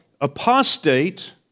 apostate